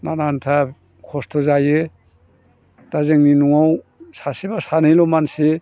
नानानथा खस्थ' जायो दा जोंनि न'आव सासे बा सानैल' मानसि